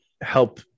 help